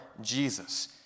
Jesus